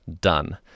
done